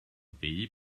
pays